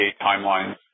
timelines